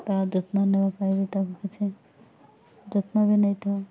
ତା ଯତ୍ନ ନେବା ପାଇଁ ବିି ତାକୁ କିଛି ଯତ୍ନ ବି ନେଇଥାଉ